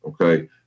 Okay